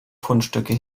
fundstücke